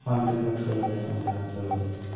മൾട്ടിപ്ലക്സുകൾ ഒക്കെയാണ് നമ്മുടെ നാട്ടിലുള്ളത്